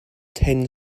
ten